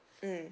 mm